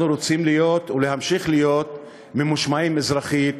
אנחנו רוצים להיות ולהמשיך להיות ממושמעים אזרחית,